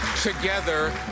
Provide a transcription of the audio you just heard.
together